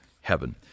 heaven